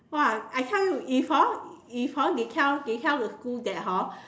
!wah! I tell you if hor if hor they tell they tell the school that hor